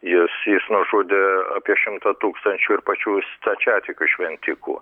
jis jis nužudė apie šimtą tūkstančių ir pačių stačiatikių šventikų